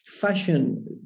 fashion